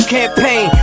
Campaign